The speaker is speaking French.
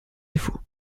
défaut